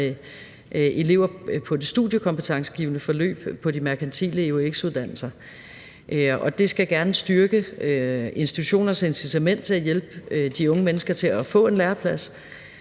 elever på det studiekompetencegivende forløb på de merkantile eux-uddannelser. Det skal gerne styrke institutionernes incitament til at hjælpe de unge mennesker med at få en læreplads,